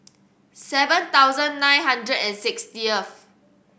seven thousand nine hundred and sixtieth